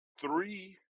three